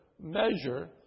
Measure